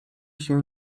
się